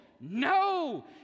No